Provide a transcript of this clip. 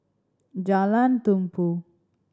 Jalan Tumpu